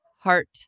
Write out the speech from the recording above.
Heart